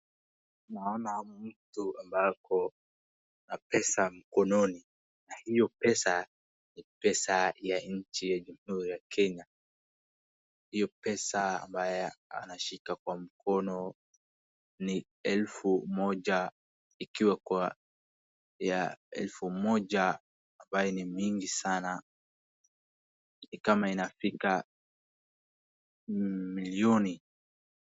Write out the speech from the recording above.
Naona mtu ambako na pesa mkononi. Na hiyo pesa ni pesa ya nchi yenye blue ya Kenya. Hiyo pesa ambayo anashika kwa mkono ni elfu moja, ikiwa kwa ya elfu moja, ambayo ni mingi sana. Ni kama inafika milioni.